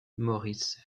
moritz